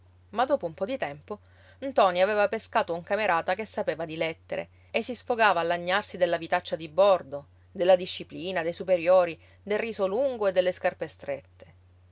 ma dopo un po di tempo ntoni aveva pescato un camerata che sapeva di lettere e si sfogava a lagnarsi della vitaccia di bordo della disciplina dei superiori del riso lungo e delle scarpe strette